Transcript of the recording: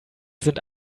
sind